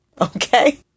Okay